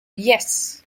yes